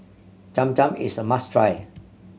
Cham Cham is a must try